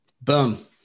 Boom